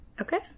Okay